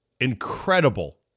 Incredible